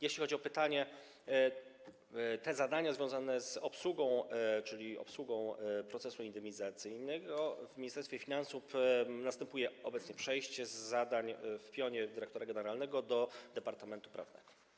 Jeśli chodzi o pytanie o zadania związane z obsługą, czyli obsługą procesu indemnizacyjnego, to w Ministerstwie Finansów następuje obecnie przejście zadań z pionu dyrektora generalnego do Departamentu Prawnego.